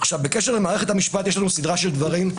בקשר למערכת המשפט, יש לנו סדרה של דברים.